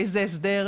איזה הסדר,